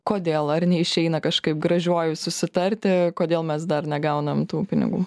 kodėl ar neišeina kažkaip gražiuoju susitarti kodėl mes dar negaunam tų pinigų